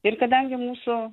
ir kadangi mūsų